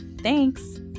thanks